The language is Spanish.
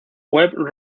web